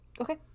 Okay